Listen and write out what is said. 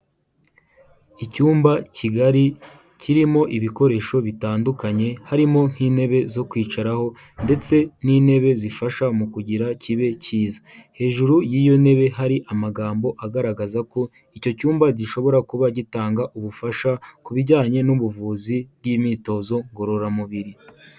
Icyumba kigari, kirimo ibikoresho bitandukanye, harimo nk'intebe zo kwicaraho ndetse n'intebe zifasha mu kugira kibe cyiza. Hejuru y'iyo ntebe hari amagambo agaragaza ko icyo cyumba gishobora kuba gitanga ubufasha, ku bijyanye n'ubuvuzi bw'imyitozo ngororamubiri.